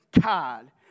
God